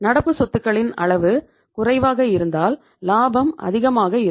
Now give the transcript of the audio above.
நடப்பு சத்துக்களின் அளவு குறைவாக இருந்தால் லாபம் அதிகமாக இருக்கும்